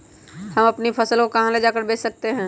हम अपनी फसल को कहां ले जाकर बेच सकते हैं?